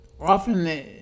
Often